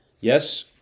Yes